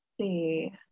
see